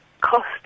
cost